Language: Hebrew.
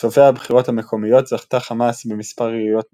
בסבבי הבחירות המקומיות זכתה חמאס במספר עיריות מרכזיות,